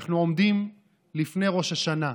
אנחנו עומדים לפני ראש השנה,